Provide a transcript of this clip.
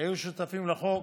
שהיו שותפים לחוק.